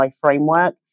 framework